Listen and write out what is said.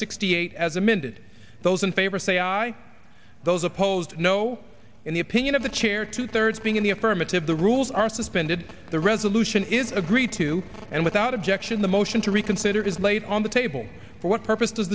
sixty eight as amended those in favor say aye those opposed no in the opinion of the chair two thirds being in the affirmative the rules are suspended the resolution is agreed to and without objection the motion to reconsider is laid on the table for what purpose